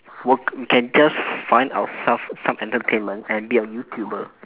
work we can just find ourself some entertainment and be a YouTuber